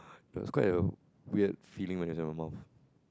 that's quite a weird feeling when it's in your mouth